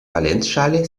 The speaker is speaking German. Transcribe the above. valenzschale